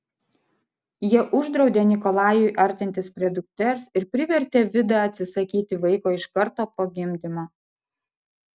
jie uždraudė nikolajui artintis prie dukters ir privertė vidą atsisakyti vaiko iš karto po gimdymo